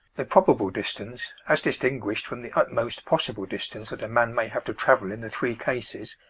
the probable distance, as distinguished from the utmost possible distance that a man may have to travel in the three cases,